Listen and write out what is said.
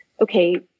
okay